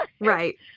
Right